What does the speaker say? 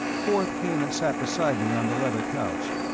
forth came and sat beside me on the leather couch,